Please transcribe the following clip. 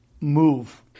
move